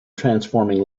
transforming